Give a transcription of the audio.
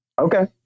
Okay